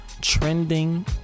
trending